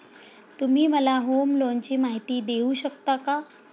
तुम्ही मला होम लोनची माहिती देऊ शकता का?